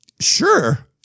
Sure